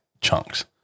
chunks